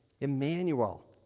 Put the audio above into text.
Emmanuel